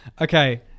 Okay